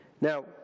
Now